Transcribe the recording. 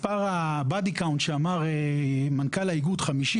מספר הבודי-קאונד שאמר מנכ"ל האיגוד הוא 50,